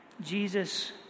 Jesus